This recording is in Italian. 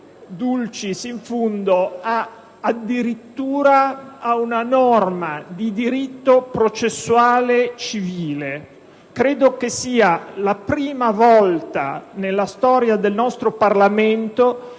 *dulcis in fundo*, addirittura ad una norma di diritto processuale civile. Credo che sia la prima volta nella storia del nostro Parlamento